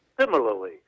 Similarly